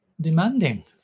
demanding